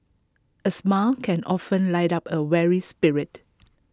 A smile can often lit up A weary spirit